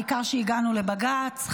העיקר שהגענו לבג"ץ.